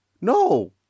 no